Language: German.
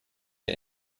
der